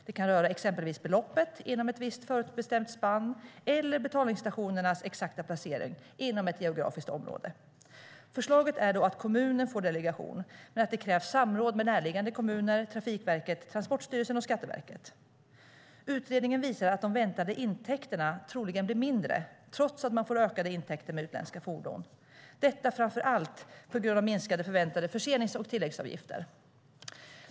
Det kan röra exempelvis beloppet inom ett visst förutbestämt spann eller betalningsstationernas exakta placering inom ett geografiskt område. Förslaget är att kommunen får delegation men att det krävs samråd med närliggande kommuner, Trafikverket, Transportstyrelsen och Skatteverket. Utredningen visar att de väntade intäkterna troligen blir mindre, trots att man får ökade intäkter med utländska fordon. Detta beror framför allt på minskade förväntade försenings och tilläggsavgifter.